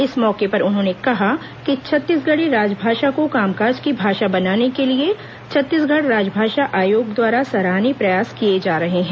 इस मौके पर उन्होंने कहा कि छत्तीसगढ़ी राजभाषा को काम काज की भाषा बनाने के लिए छत्तीसगढ़ राजभाषा आयोग द्वारा सराहनीय प्रयास किए जा रहे हैं